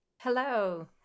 Hello